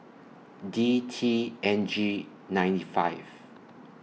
D T N G nine five